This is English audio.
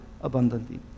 abundantly